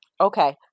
Okay